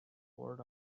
poured